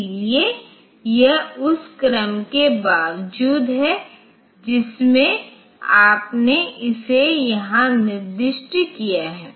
इसलिए यह उस क्रम के बावजूद है जिसमें आपने इसे यहां निर्दिष्ट किया है